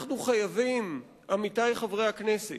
אנחנו חייבים, עמיתי חברי הכנסת,